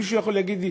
מישהו יכול להגיד לי,